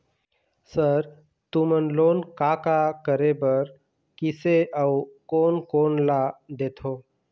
Sir तुमन loan का का करें बर, किसे अउ कोन कोन ला देथों?